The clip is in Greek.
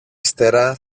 ύστερα